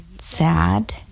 sad